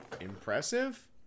impressive